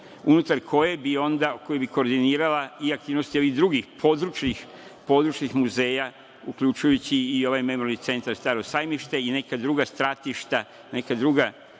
unutar kojim bi onda koordinirala i aktivnost ovih drugih područnih muzeja, uključujući i ovaj Memorijalni centar „Staro sajmište“, i neka druga stratiša, neki drugi